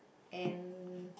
and